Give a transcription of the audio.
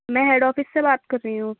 میں head office سے بات کر رہی ہوں